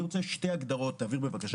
אני רוצה להציג שתי הגדרות, איזשהו